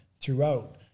throughout